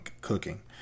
cooking